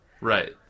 Right